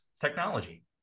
technology